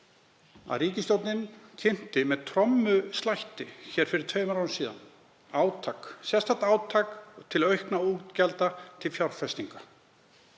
að ríkisstjórnin kynnti með trommuslætti fyrir tveimur árum síðan sérstakt átak til aukinna útgjalda til fjárfestinga.